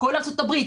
כולל ארצות הברית,